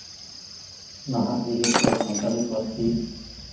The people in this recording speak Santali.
ᱱᱟᱦᱟᱜ ᱡᱮᱜᱮᱛ ᱨᱮ ᱥᱟᱱᱛᱟᱲᱤ ᱯᱟᱹᱨᱥᱤ